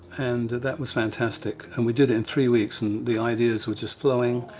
and that was fantastic. and we did it in three weeks and the ideas were just flowing.